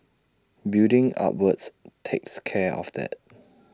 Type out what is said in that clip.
building upwards takes care of that